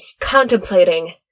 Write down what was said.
contemplating